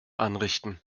anrichten